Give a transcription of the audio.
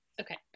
okay